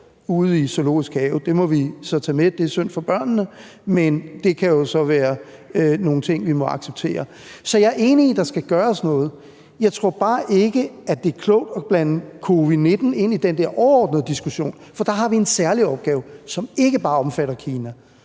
ude i Zoologisk Have, og det må vi så tage med – det er synd for børnene, men det kan jo så være noget, vi må acceptere. Så jeg er enig i, at der skal gøres noget, men jeg tror bare ikke, det er klogt at blande covid-19 ind i den der overordnede diskussion, for der har vi en særlig opgave, som ikke bare omfatter Kina.